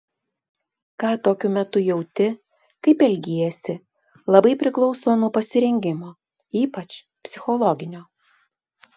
ką tokiu metu jauti kaip elgiesi labai priklauso nuo pasirengimo ypač psichologinio